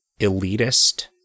elitist